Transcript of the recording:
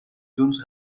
junts